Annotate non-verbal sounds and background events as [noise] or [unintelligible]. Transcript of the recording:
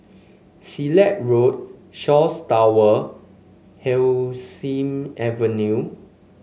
Silat Road Shaw [unintelligible] Hemsley Avenue